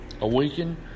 Awaken